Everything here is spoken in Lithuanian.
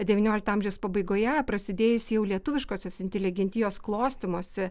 devyniolikto amžiaus pabaigoje prasidėjus jau lietuviškosios inteligentijos klostymosi